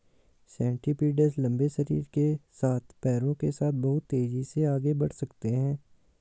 centipedes लंबे शरीर के साथ पैरों के साथ बहुत तेज़ी से आगे बढ़ सकते हैं